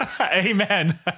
Amen